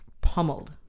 pummeled